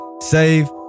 save